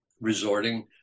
resorting